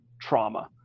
trauma